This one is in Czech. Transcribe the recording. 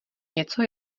něco